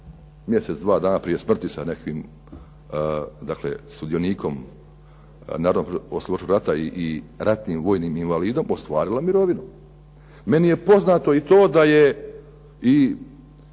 mjesec, dva dana prije smrti sa nekim sudionikom narodnooslobodilačkog rata i ratnim vojnim invalidom ostvarila mirovinu. Meni je poznato i to da je